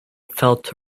felt